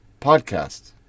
podcast